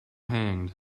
hanged